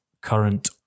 current